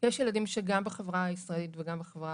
יש ילדים, גם בחברה היהודית וגם בחברה